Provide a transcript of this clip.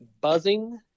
buzzing